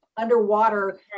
underwater